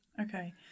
Okay